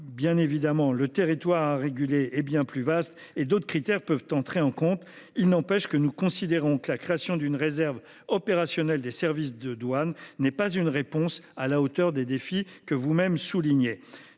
bien évidemment le territoire réguler et bien plus vaste et d'autres critères peuvent entrer en compte. Il n'empêche que nous considérons que la création d'une réserve opérationnelle des services de douanes n'est pas une réponse à la hauteur des défis que vous-même souligné